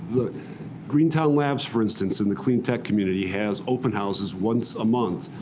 the greentown labs, for instance, in the clean tech community has open houses once a month,